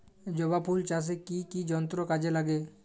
জবা ফুল চাষে কি কি যন্ত্র কাজে লাগে?